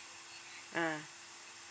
ah